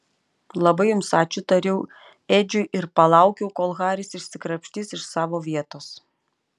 labai jums ačiū tariau edžiui ir palaukiau kol haris išsikrapštys iš savo vietos